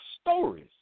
stories